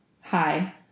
hi